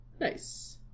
Nice